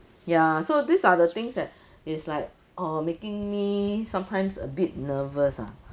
ya so these are the things that is like uh making me sometimes a bit nervous ah